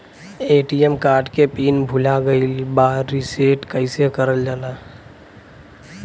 ATM card के pin भूला गइल बा रीसेट कईसे करल जाला?